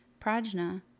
Prajna